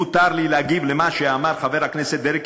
מותר לי להגיב על מה שאמר חבר הכנסת דרעי,